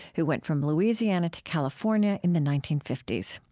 who went from louisiana to california in the nineteen fifty s.